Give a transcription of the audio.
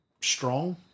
strong